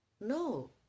No